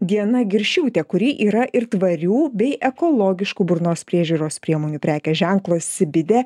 diana giršiūtė kuri yra ir tvarių bei ekologiškų burnos priežiūros priemonių prekės ženklo sibidė